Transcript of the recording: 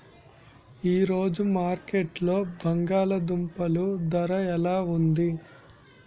ఈ రోజు మార్కెట్లో బంగాళ దుంపలు ధర ఎలా ఉంది?